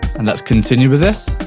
and let's continue with this.